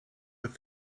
with